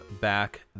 back